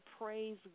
praise